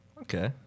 okay